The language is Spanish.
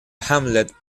hamlet